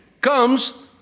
comes